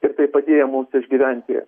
ir tai padėjo mums išgyventi